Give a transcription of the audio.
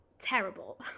terrible